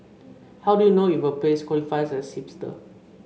how do you know if a place qualifies as hipster